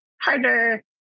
harder